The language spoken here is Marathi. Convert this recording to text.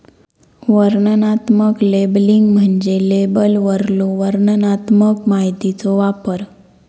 वर्णनात्मक लेबलिंग म्हणजे लेबलवरलो वर्णनात्मक माहितीचो वापर